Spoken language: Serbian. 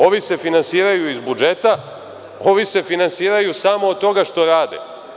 Ovi se finansiraju iz budžeta, ovi se finansiraju samo od toga što rade.